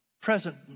present